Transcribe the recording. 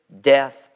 death